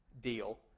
deal